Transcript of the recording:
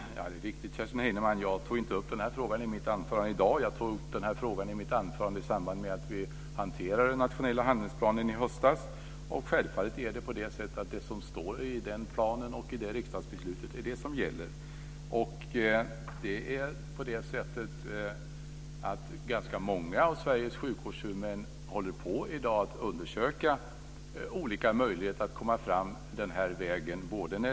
Fru talman! Det är riktigt, Kerstin Heinemann. Jag tog inte upp den här frågan i mitt anförande i dag. Jag tog upp den här frågan i mitt anförande i samband med att vi hanterade den nationella handlingsplanen i höstas. Självfallet är det som står i den planen och i det riksdagsbeslutet det som gäller. Ganska många av Sveriges sjukvårdshuvudmän håller i dag på att undersöka olika möjligheter att komma fram den här vägen.